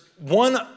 one